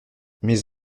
mes